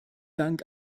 dank